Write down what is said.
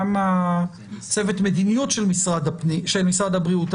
גם צוות המדיניות של משרד הבריאות,